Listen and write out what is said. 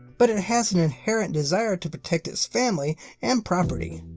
but it has an inherent desire to protect his family and property.